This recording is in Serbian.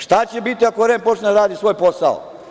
Šta će biti ako REM počne da radi svoj posao?